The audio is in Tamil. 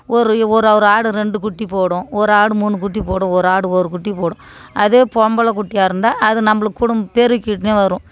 ஒரு ஒரு ஒரு ஆடு ரெண்டு குட்டி போடும் ஒரு ஆடு மூணு குட்டி போடும் ஒரு ஆடு ஒரு குட்டி போடும் அதே பொம்பளை குட்டியாக இருந்தால் அது நம்மளுக்குடும் பெருக்கிட்னே வரும்